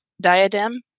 Diadem